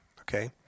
Okay